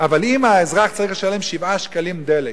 אבל אם האזרח צריך לשלם 7 שקלים לדלק,